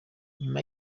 nyuma